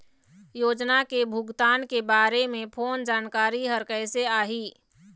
योजना के भुगतान के बारे मे फोन जानकारी हर कइसे आही?